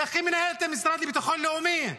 איך היא מנהלת את המשרד לביטחון לאומי.